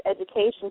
education